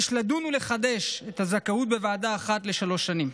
יש לדון ולחדש את הזכאות בוועדה אחת לשלוש שנים.